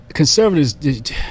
Conservatives